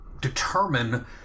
determine